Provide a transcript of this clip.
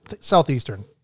Southeastern